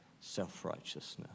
self-righteousness